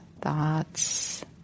thoughts